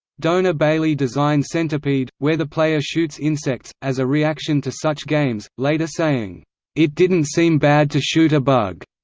dona bailey designed centipede, where the player shoots insects, as a reaction to such games, later saying it didn't seem bad to shoot a bug.